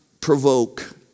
provoke